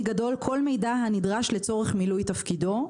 גדול כל מידע הנדרש לצורך מילוי תפקידו.